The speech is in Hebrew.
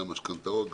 גם משכנתאות,